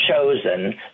chosen